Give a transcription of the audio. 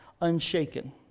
unshaken